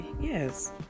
yes